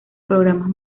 programas